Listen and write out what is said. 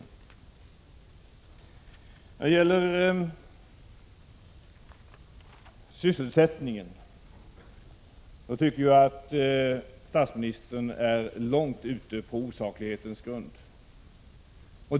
När det gäller sysselsättningen tycker jag att statsministern är långt ute på osaklighetens grund.